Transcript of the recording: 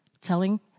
telling